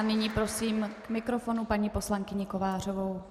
Nyní prosím k mikrofonu paní poslankyni Kovářovou.